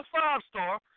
five-star